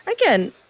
again